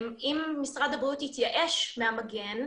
אם משרד הבריאות התייאש מהמגן,